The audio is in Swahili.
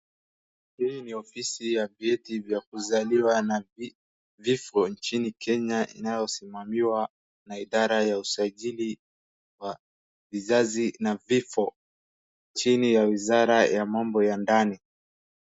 Hizi ni ofisi za vyeti za kuzaliwa na vifo nchini Kenya inayosimamiwa na idara ya usajili na vizazi na vifo chini ya wizara ya mambo ya ndani.